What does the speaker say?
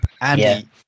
Andy